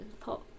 Pop